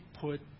put